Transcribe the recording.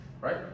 right